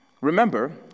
remember